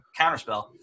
counterspell